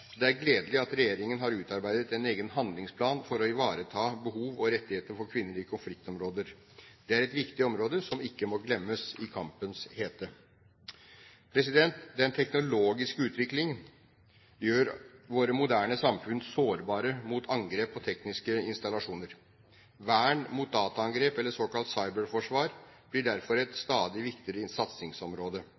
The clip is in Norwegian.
Det er gledelig at regjeringen har utarbeidet en egen handlingsplan for å ivareta behov og rettigheter for kvinner i konfliktområder. Det er et viktig område som ikke må glemmes i kampens hete. Den teknologiske utvikling gjør våre moderne samfunn sårbare mot angrep på tekniske installasjoner. Vern mot dataangrep eller såkalt cyberforsvar blir derfor et stadig viktigere satsingsområde.